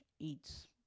eats